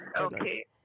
Okay